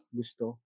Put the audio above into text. gusto